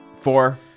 Four